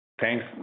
Thanks